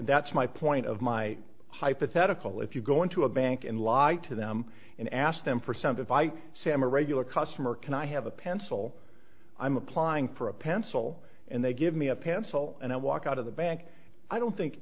that's my point of my hypothetical if you go into a bank and lied to them and ask them for some device sam a regular customer can i have a pencil i'm applying for a pencil and they give me a pencil and i walk out of the bank i don't think